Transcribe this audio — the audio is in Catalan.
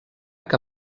que